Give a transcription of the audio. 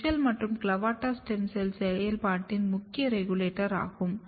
WUSCHEL மற்றும் CLAVATA stem cell செயல்பாட்டின் முக்கிய ரெகுலேட்டர் ஆகும்